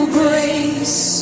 grace